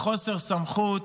בחוסר סמכות